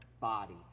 body